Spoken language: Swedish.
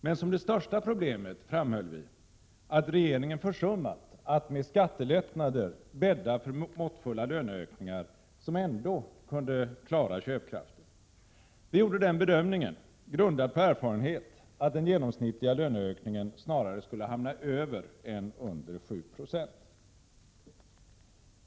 Men som det största problemet framhöll vi att regeringen försummat att med skattelättnader bädda för måttfulla löneökningar, som ändå kunde klara köpkraften. Vi gjorde den bedömningen — grundad på erfarenhet — att den genomsnittliga löneökningen snarare skulle hamna över än under 7 9.